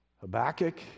Habakkuk